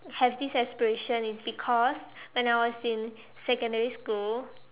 have this aspiration is because when I was in secondary school